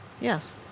yes